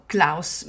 Klaus